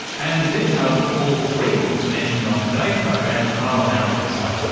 and the details for all three books mentioned on today's program are on our website.